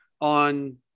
on